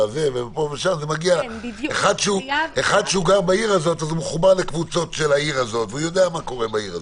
מי שגר בעיר הזו מחובר לקבוצות של העיר הזו ויודע מה קורה בה,